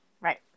Right